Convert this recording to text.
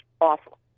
awful